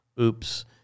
oops